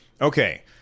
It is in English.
Okay